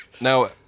Now